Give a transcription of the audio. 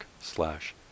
slash